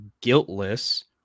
guiltless